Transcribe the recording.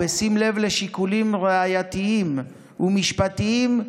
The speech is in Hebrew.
ובשים לב לשיקולים ראייתיים ומשפטיים,